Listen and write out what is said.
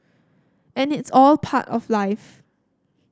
and it's all part of life